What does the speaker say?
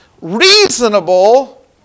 reasonable